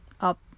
up